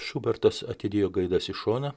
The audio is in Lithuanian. šubertas atidėjo gaidas į šoną